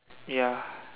ya